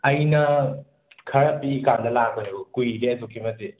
ꯑꯩꯅ ꯈꯔ ꯄꯤꯛꯏꯀꯥꯟꯗ ꯂꯥꯛꯄꯅꯦꯕ ꯀꯨꯏꯔꯦ ꯑꯁꯨꯛꯀꯤ ꯃꯇꯤꯛ